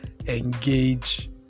engage